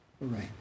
right